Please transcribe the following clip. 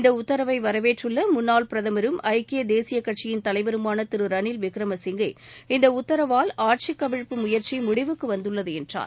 இந்த உத்தரவை வரவேற்றுள்ள முன்னாள் பிரதமரும் ஐக்கிய தேசியக் கட்சியின் தலைவருமான திரு ரணில் விக்ரமசிங்கே இந்த உத்தரவால் ஆட்சி கவிழ்ப்பு முயற்சி முடிவுக்கு வந்துள்ளது என்றார்